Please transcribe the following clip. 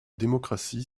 démocratie